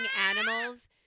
animals